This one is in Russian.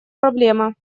проблема